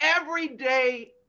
everyday